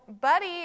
buddy